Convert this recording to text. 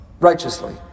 righteously